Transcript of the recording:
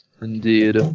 Indeed